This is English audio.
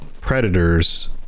predators